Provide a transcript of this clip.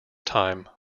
time